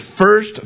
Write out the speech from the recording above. first